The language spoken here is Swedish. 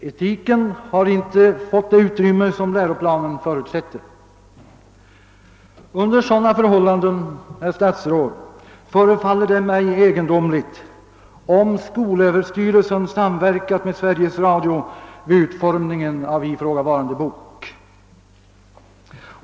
Etiken har inte fått det utrymme som läroplanen förutsätter. Under sådana förhållanden, herr statsråd, förefaller det mig egendomligt om skolöverstyrelsen samverkat med Sveriges Radio vid utformningen av ifrågavarande bok.